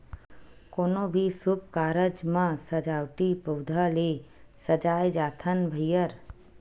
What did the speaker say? कोनो भी सुभ कारज म सजावटी पउधा ले सजाए जाथन भइर